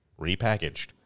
Repackaged